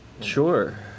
Sure